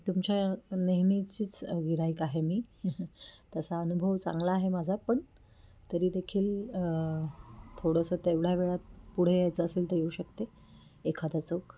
तुमच्या नेहमीचीच गिऱ्हाईक आहे मी तसा अनुभव चांगला आहे माझा पण तरीदेखील थोडंसं तेवढ्या वेळात पुढे यायचं असेल तर येऊ शकते एखादा चौक